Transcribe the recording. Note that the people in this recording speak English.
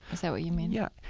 is that what you mean? yeah.